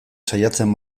saiatzen